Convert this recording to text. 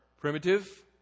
primitive